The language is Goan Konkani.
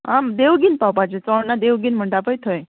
आं देवगीन पावपाचें चोडणा देवगीन म्हणटा पय थंय